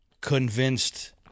convinced